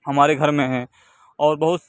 ہمارے گھر میں ہیں اور بہت